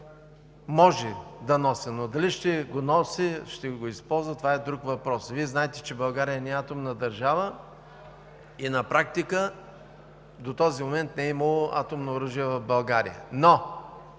Може да носи, но дали ще го носи и ще го използва, това е друг въпрос. Вие знаете, че България не е атомна държава. На практика до този момент не е имало атомно оръжие в България.